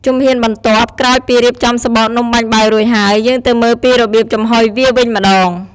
ជំហានបន្ទាប់ ក្រោយពីរៀបចំសំបកនំបាញ់បែវរួចហើយ យើងទៅមើលពីរបៀបចំហុយវាវិញម្ដង។